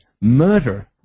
murder